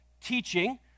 teaching